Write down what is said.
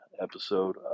episode